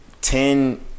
ten